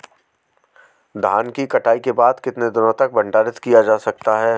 धान की कटाई के बाद कितने दिनों तक भंडारित किया जा सकता है?